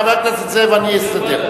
חבר הכנסת זאב, אני אסתדר.